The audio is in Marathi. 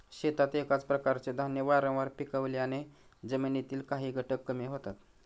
शेतात एकाच प्रकारचे धान्य वारंवार पिकवल्याने जमिनीतील काही घटक कमी होतात